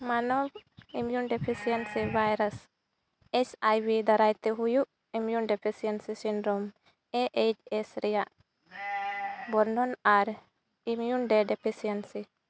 ᱢᱟᱱᱚᱵᱽ immune deficiency virus S I V ᱫᱟᱨᱟᱭᱛᱮ ᱦᱩᱭᱩᱜ immune deficiency syndrome A H S ᱨᱮᱭᱟᱜ ᱵᱚᱨᱱᱚᱱ ᱟᱨ ᱮᱢᱤᱭᱳᱱ ᱰᱮᱯᱷᱤᱥᱮᱭᱮᱱᱥᱤ